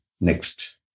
Next